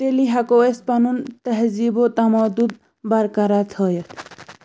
تیٚلی ہٮ۪کو أسۍ پَنُن تہزیٖبو تَمَدُد بِرقرار تھٲیِتھ